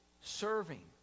serving